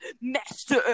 Master